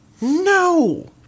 No